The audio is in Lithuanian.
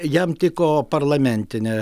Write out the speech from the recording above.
jam tiko parlamentinė